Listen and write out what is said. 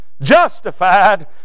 Justified